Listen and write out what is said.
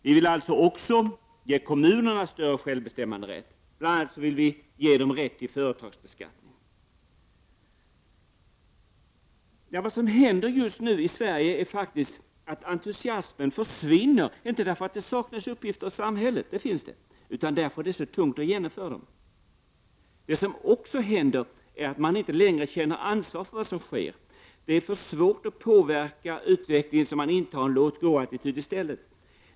Vi vill alltså också ge kommunerna större självbestämmanderätt. Bl. a. vill vi ge dem rätt till företagsbeskattning. Vad som händer just nu i Sverige är faktiskt att entusiasmen försvinner, inte därför att det saknas uppgifter i samhället — för det finns det — utan för att det är så tungt att genomföra dem. Det som också händer är att man inte längre känner ansvar för vad som sker. Det är för svårt att påverka utvecklingen, så man intar en låt-gå-attityd i stället.